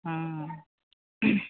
অঁ